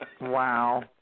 Wow